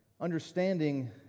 understanding